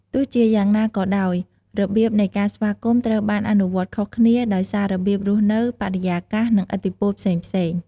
ទោះជាយ៉ាងណាក៏ដោយ របៀបនៃការស្វាគមន៍ត្រូវបានអនុវត្តខុសគ្នា ដោយសាររបៀបរស់នៅ បរិយាកាស និងឥទ្ធិពលផ្សេងៗ។